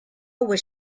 was